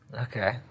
Okay